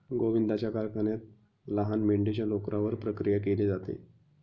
गोविंदाच्या कारखान्यात लहान मेंढीच्या लोकरावर प्रक्रिया केली जाते